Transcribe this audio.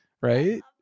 Right